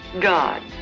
God